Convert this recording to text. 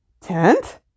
Tent